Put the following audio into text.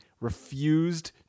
refused